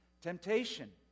temptation